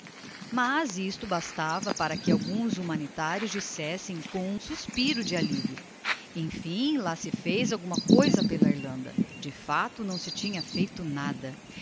mas isto bastava para que alguns humanitarios dissessem com um suspiro de allivio emfim lá se fez alguma coisa pela irlanda de facto não se tinha feito nada